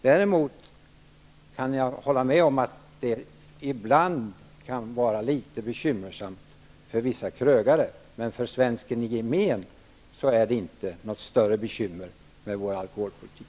Däremot kan jag hålla med om att det ibland kan vara litet bekymmersamt för vissa krögare, men för svensken i gemen är det inte något större bekymmer med vår alkoholpolitik.